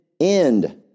end